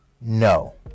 no